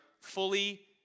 fully